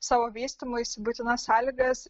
savo vystymuisi būtinas sąlygas